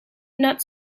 not